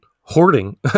hoarding